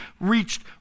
reached